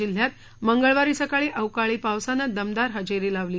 जिल्ह्यात मंगळवारी सातारा सकाळी अवकाळी पावसाने दमदार हजेरी लावली